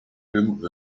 him